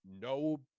no